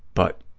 but